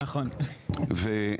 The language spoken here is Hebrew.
נניח,